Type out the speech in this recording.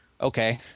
okay